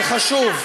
זה חשוב.